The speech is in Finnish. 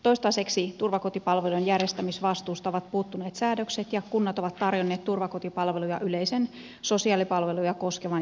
toistaiseksi turvakotipalveluiden järjestämisvastuusta ovat puuttuneet säädökset ja kunnat ovat tarjonneet turvakotipalveluja yleisen sosiaalipalveluja koskevan järjestämisvastuun nojalla